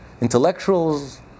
Intellectuals